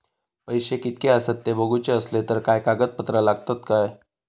पैशे कीतके आसत ते बघुचे असले तर काय कागद पत्रा लागतात काय?